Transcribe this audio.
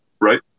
right